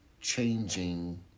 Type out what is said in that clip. changing